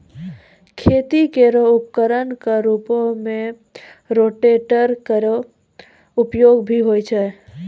खेती केरो उपकरण क रूपों में रोटेटर केरो उपयोग भी होय छै